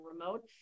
remote